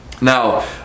Now